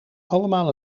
allemaal